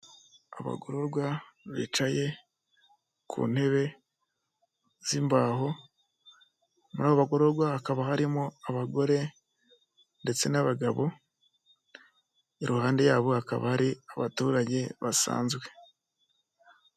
Abagororwa bicaye ku ntebe z'imbaho. Muri abo bagororwa hakaba harimo abagore ndetse n'abagabo, iruhande yabo hakaba hari abaturage basanzwe.